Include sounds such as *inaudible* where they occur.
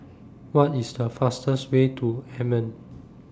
*noise* What IS The fastest Way to Amman